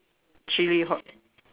chili hot